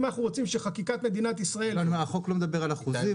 אני אומר שהחוק לא מדבר על אחוזים,